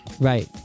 right